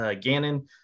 Gannon